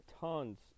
tons